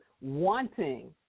wanting